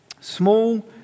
Small